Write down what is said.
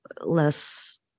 less